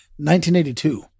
1982